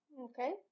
Okay